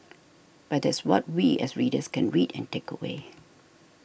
but that's what we as readers can read and take away